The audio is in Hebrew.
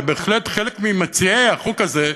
ובהחלט חלק ממציעי החוק הזה,